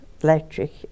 electric